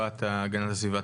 שרת להגנת הסביבה,